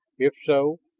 if so,